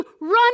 run